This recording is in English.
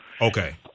Okay